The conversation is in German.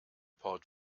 port